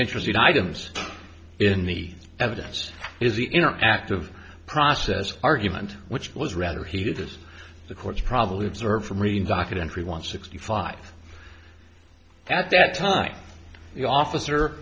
interesting items in the evidence is the in an active process argument which was rather heated this is the court's probably observed from reading docket entry one sixty five at that time the officer